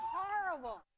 horrible